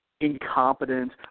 incompetent